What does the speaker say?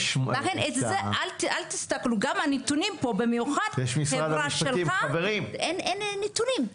גם הנתונים פה במיוחד - בחברה שלך - אין נתונים.